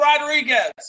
Rodriguez